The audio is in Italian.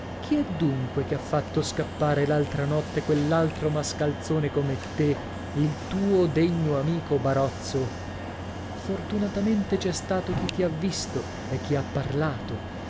chi è dunque che ha fatto scappare l'altra notte quell'altro mascalzone come te il tuo degno amico barozzo fortunatamente c'è stato chi ti ha visto e chi ha parlato